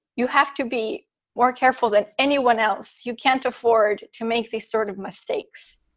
you have to be more careful than anyone else. you can't afford to make these sort of mistakes.